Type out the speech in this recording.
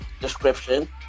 description